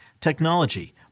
technology